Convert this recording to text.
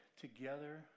together